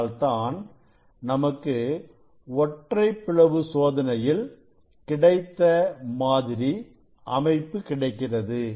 அதனால்தான் நமக்கு ஒற்றைப் பிளவு சோதனையில் கிடைத்த மாதிரி அமைப்பு கிடைக்கிறது